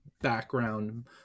background